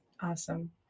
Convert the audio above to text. Awesome